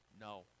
no